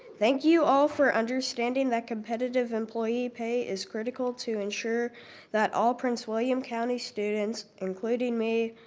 thank you all for understanding that competitive employee pay is critical to ensure that all prince william county students, including me,